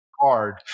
hard